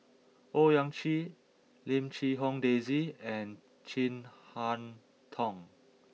Owyang Chi Lim Quee Hong Daisy and Chin Harn Tong